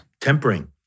tempering